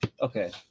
okay